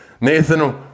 Nathan